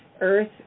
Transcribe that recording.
earth